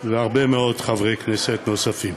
והרבה מאוד חברי כנסת נוספים.